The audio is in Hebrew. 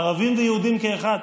ערבים ויהודים כאחד.